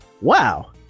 Wow